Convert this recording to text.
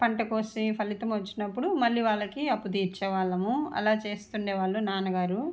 పంట కోసి ఫలితం వచ్చినప్పుడు మళ్ళీ వాళ్ళకి అప్పు తీర్చే వాళ్ళం అలా చేస్తు ఉండే వాళ్ళు నాన్నగారు